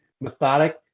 methodic